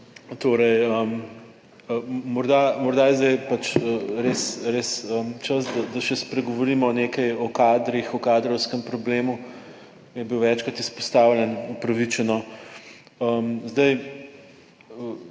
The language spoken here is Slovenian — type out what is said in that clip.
morda, morda je zdaj pač res, res čas, da še spregovorimo nekaj o kadrih, o kadrovskem problemu; je bil večkrat izpostavljen, upravičeno. Zdaj,